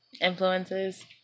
influences